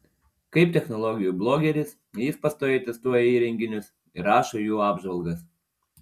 kaip technologijų blogeris jis pastoviai testuoja įrenginius ir rašo jų apžvalgas